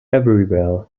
everywhere